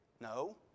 No